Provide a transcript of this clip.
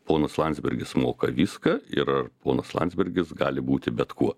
ponas landsbergis moka viską ir ar ponas landsbergis gali būti bet kuo